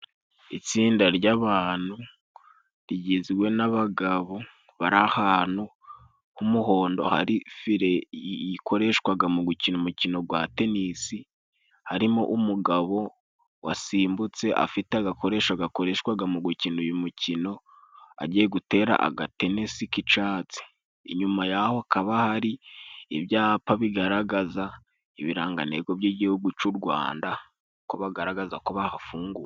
Itsinda ry'abantu rigizwe n'abagabo bari ahantu h'umuhondo hari fire ikoreshwaga mu gukina umukono gwa tenisi, harimo umugabo wasimbutse afite agakoresho gakoreshwaga mu gukina uyu mukino, agiye gutera agatenesi k'icatsi. Inyuma yaho hakaba hari ibyapa bigaragaza ibirangantego by'igihugu c'u Rwanda kuko bagaragaza ko bahafunguye.